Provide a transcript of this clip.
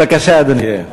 בבקשה, אדוני.